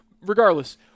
Regardless